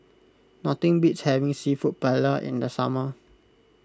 nothing beats having Seafood Paella in the summer